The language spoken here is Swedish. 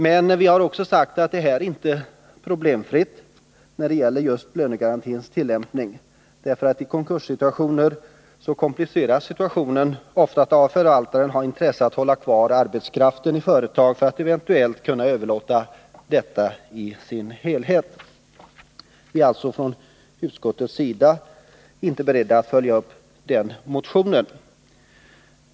Utskottet har också sagt att tillämpningen av lönegarantilagen inte är problemfri, därför att vid konkurser kompliceras situationen ofta av att konkursförvaltaren har intresse av att hålla kvar arbetskraften i företaget för att eventuellt kunna överlåta företaget i dess helhet. Vi är alltså från utskottets sida inte beredda att följa upp den här motionen.